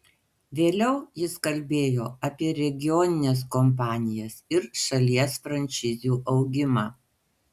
vėliau jis kalbėjo apie regionines kompanijas ir šalies franšizių augimą